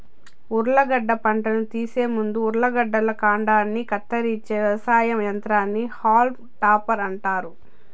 ఉర్లగడ్డ పంటను తీసే ముందు ఉర్లగడ్డల కాండాన్ని కత్తిరించే వ్యవసాయ యంత్రాన్ని హాల్మ్ టాపర్ అంటారు